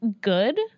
good